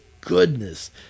goodness